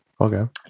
okay